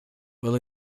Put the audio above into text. will